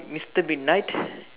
mister midnight